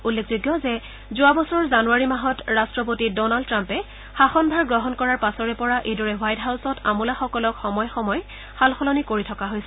উল্লেখযোগ্য যে যোৱা বছৰ জানুৱাৰী মাহত ৰাষ্ট্ৰপতি ডনাল্ড ট্ৰাম্পে শাসনভাৰ গ্ৰহণ কৰাৰ পাছৰে পৰা এইদৰে হোৱাইট হাউছত আমোলাসকলক সময়ে সময়ে সাল সলনি কৰি থকা হৈছে